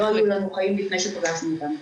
לא היו לנו חיים לפני שפגשנו אותם.